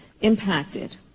impacted